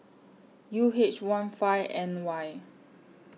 U H one five N Y